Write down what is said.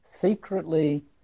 secretly